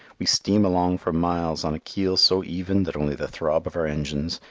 we steam along for miles on a keel so even that only the throb of our engines,